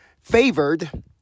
favored